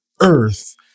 earth